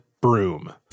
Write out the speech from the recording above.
broom